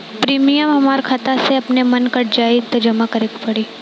Premium हमरा खाता से अपने माने कट जाई की जमा करे के पड़ी?